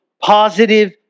positive